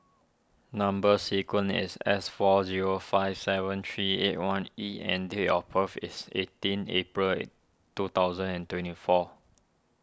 Number Sequence is S four zero five seven three eight one E and date of birth is eighteen April two thousand and twenty four